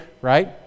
Right